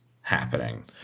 happening